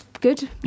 good